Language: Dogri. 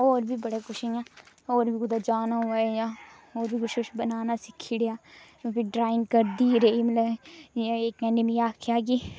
और बी बड़ा कुछ इयां औऱ बी कुतै जाना होऐ इयां और बी कुछ कुछ बनाना सिक्खी ओड़ेआ फिर ड्रांइग करदी रेही मतलब इक बारी आखेआ कि